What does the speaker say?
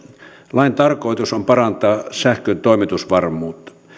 lain tarkoitus on parantaa sähkön toimitusvarmuutta